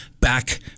back